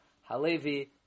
Halevi